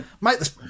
Mate